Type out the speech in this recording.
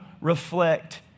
reflect